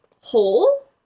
Hole